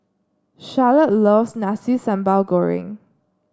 Charolette loves Nasi Sambal Goreng